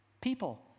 people